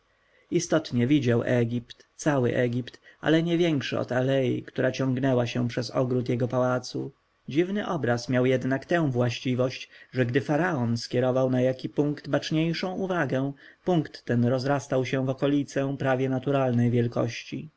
istotnie widział egipt cały egipt ale nie większy od alei która ciągnęła się przez ogród jego pałacu dziwny obraz miał jednak tę własność że gdy faraon skierował na jaki punkt baczniejszą uwagę punkt ten rozrastał się w okolicę prawie naturalnej wielkości